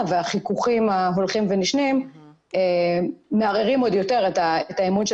והחיכוכים ההולכים ונשנים מערערים עוד יותר את האמון של